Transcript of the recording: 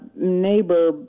neighbor